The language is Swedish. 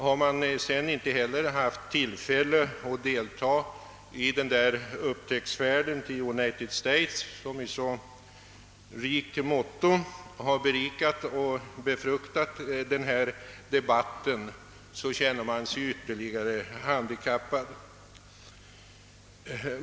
Har man sedan inte heller haft tillfälle att delta i den upptäcktsfärd till United States, som vi i så rikt mått befruktats och berikats med i denna debatt, känner man sig ytterligare handikappad.